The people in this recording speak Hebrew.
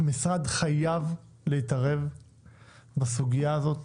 המשרד חייב להתערב בסוגיה הזאת